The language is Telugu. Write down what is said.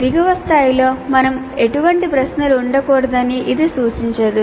దిగువ స్థాయిలో మనకు ఎటువంటి ప్రశ్నలు ఉండకూడదని ఇది సూచించదు